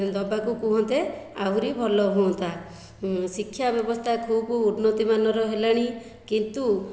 ଦେବାକୁ କୁହନ୍ତେ ଆହୁରି ଭଲ ହୁଅନ୍ତା ଶିକ୍ଷା ବ୍ୟବସ୍ଥା ଖୁବ୍ ଉନ୍ନତିମାନର ହେଲାଣି କିନ୍ତୁ